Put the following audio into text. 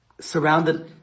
surrounded